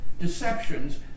deceptions